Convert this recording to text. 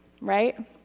right